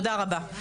תודה רבה.